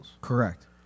Correct